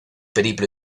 periplo